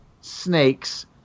snakes